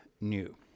new